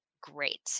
great